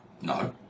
No